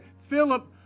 Philip